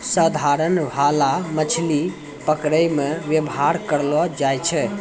साधारण भाला मछली पकड़ै मे वेवहार करलो जाय छै